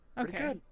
Okay